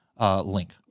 link